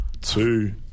two